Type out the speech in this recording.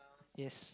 yes